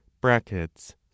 Brackets